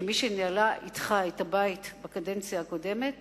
כמי שניהלה אתך את הבית בקדנציה הקודמת,